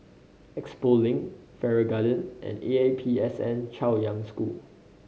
Expo Link Farrer Garden and A P S N Chaoyang School